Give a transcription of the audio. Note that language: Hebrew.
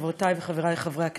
חברותי וחברי חברי הכנסת,